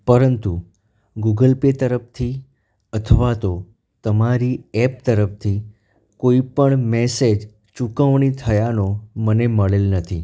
પરંતુ Google Pay તરફથી અથવા તો તમારી એપ તરફથી કોઈપણ મેસેજ ચૂકવણી થયાનો મને મળેલ નથી